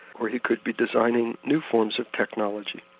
or he could be designing new forms of technology.